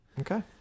Okay